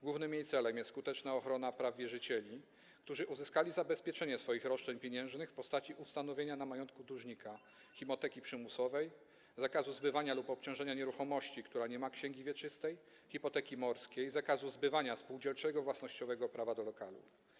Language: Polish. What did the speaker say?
Głównym jej celem jest skuteczna ochrona praw wierzycieli, którzy uzyskali zabezpieczenie swoich roszczeń pieniężnych w postaci ustanowienia na majątku dłużnika: hipoteki przymusowej, zakazu zbywania lub obciążania nieruchomości, która nie ma księgi wieczystej, hipoteki morskiej, zakazu zbywania spółdzielczego własnościowego prawa do lokalu.